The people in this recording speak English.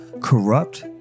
corrupt